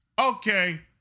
okay